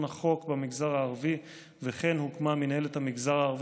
החוק במגזר הערבי וכן הוקמה מינהלת המגזר הערבי,